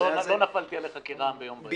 לא נפלתי עליך כרעם ביום בהיר.